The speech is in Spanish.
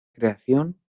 creación